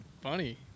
funny